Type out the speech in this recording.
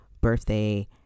birthday